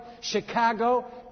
Chicago